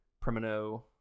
Primo